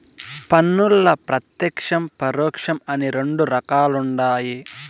పన్నుల్ల ప్రత్యేక్షం, పరోక్షం అని రెండు రకాలుండాయి